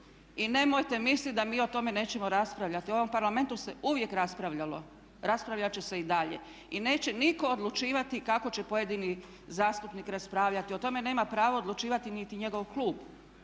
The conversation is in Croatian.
I nemojte misliti da mi o tome nećemo raspravljati. U ovom Parlamentu se uvijek raspravljalo, raspravljat će se i dalje. I neće nitko odlučivati kako će pojedini zastupnik raspravljati, o tome nema pravo odlučivati niti njegov klub,